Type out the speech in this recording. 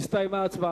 הכנסת שלא נכחו